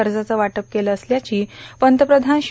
कर्जाचं वाटप केलं असल्याची पंतप्रधान श्री